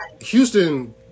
Houston